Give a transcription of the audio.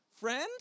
friend